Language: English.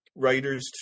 writers